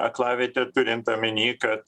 aklavietė turint omeny kad